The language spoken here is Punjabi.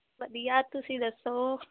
ਵਧੀਆ ਤੁਸੀਂ ਦੱਸੋ